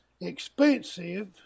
expensive